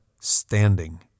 standing